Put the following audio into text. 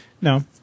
no